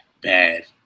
bad